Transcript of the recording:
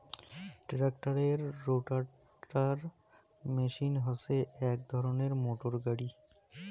ট্রাক্টরের rotator machine হসে এক ধরণের মোটর গাড়ি